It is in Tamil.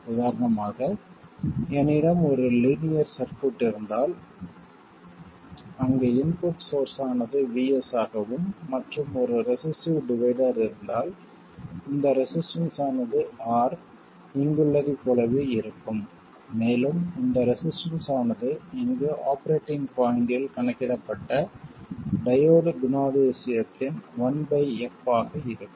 உதாரணமாக என்னிடம் ஒரு லீனியர் சர்க்யூட் இருந்தால் அங்கு இன்புட் சோர்ஸ் ஆனது VS ஆகவும் மற்றும் ஒரு ரெசிஸ்டிவ் டிவைடர் இருந்தால் இந்த ரெசிஸ்டன்ஸ் ஆனது R இங்குள்ளதைப் போலவே இருக்கும் மேலும் இந்த ரெசிஸ்டன்ஸ் ஆனது இங்கு ஆபரேட்டிங் பாய்ண்ட்டில் கணக்கிடப்பட்ட டையோடு குணாதிசயத்தின் 1 பை f ஆக இருக்கும்